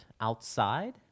outside